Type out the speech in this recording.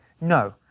no